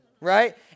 Right